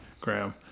Graham